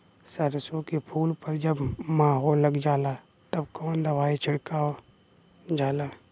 सरसो के फूल पर जब माहो लग जाला तब कवन दवाई छिड़कल जाला?